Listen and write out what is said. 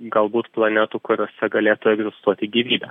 galbūt planetų kuriose galėtų egzistuoti gyvybė